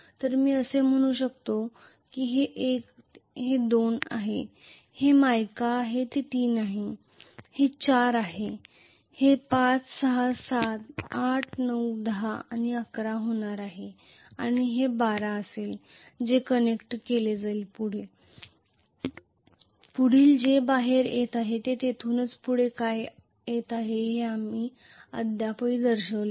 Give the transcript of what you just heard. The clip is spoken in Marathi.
तर मी असे म्हणू शकतो की हे 1 हे 2 आहे हे मायका आहे 3 हे हे 4 आहे हे 5 6 7 8 9 10 आणि 11 होणार आहे आणि हे 12 असेल जे कनेक्ट केले जाईल पुढील जे बाहेर येत आहे ते इथून पुढे काय येत आहे हे आपण अद्याप दर्शविलेले नाही